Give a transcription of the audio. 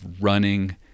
running